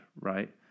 right